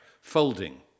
Folding